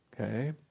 Okay